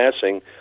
passing